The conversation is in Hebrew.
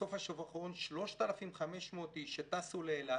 השבוע האחרון 3,500 איש שטסו לאילת.